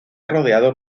rodeado